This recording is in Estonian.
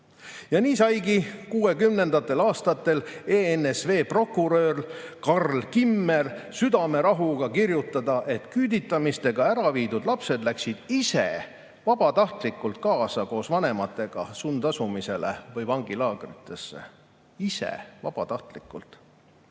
Ja nii saigi 1960. aastatel ENSV prokurör Karl Kimmel südamerahuga kirjutada, et küüditamiste käigus ära viidud lapsed läksid ise vabatahtlikult vanematega kaasa sundasumisele või vangilaagritesse. Ise vabatahtlikult!